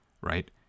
right